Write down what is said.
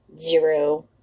zero